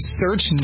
search